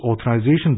authorization